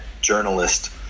journalist